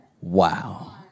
Wow